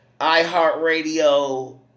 iHeartRadio